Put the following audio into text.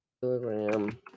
Telegram